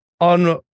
on